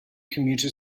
commuter